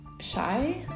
shy